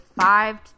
five